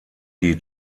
die